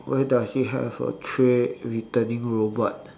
where does it have a tray returning robot